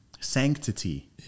sanctity